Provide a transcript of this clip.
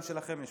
יש פה גם שלכם.